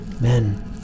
Men